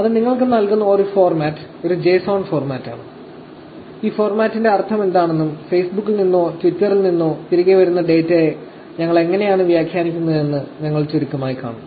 ഇത് നിങ്ങൾക്ക് നൽകുന്ന ഒരു ഫോർമാറ്റ് ഒരു JSON ഫോർമാറ്റാണ് ഈ ഫോർമാറ്റിന്റെ അർത്ഥമെന്താണെന്നും ഫേസ്ബുക്കിൽ നിന്നോ ട്വിറ്ററിൽ നിന്നോ തിരികെ വരുന്ന ഡാറ്റയെ ഞങ്ങൾ എങ്ങനെയാണ് വ്യാഖ്യാനിക്കുന്നതെന്ന് ഞങ്ങൾ ചുരുക്കമായി കാണും